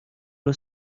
was